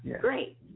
Great